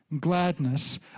gladness